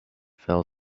fell